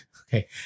okay